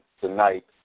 tonight